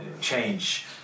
change